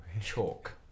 chalk